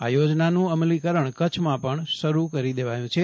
આ યોજનાનું અમલીકરણ કચ્છમાં પણ શરૂ કરી દેવાયું છે